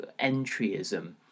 entryism